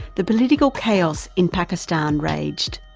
the political chaos in pakistan raged.